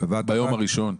ביום הראשון.